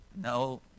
No